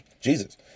Jesus